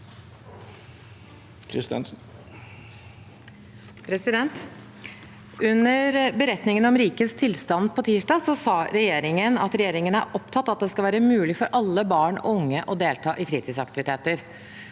Under beretnin- gen om rikets tilstand på tirsdag sa regjeringen at regjeringen er opptatt av at det skal være mulig for alle barn og unge å delta i fritidsaktiviteter,